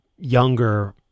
younger